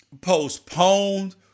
postponed